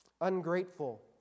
Ungrateful